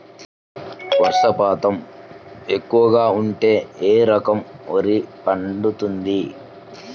వర్షపాతం ఎక్కువగా ఉంటే ఏ రకం వరి పండుతుంది?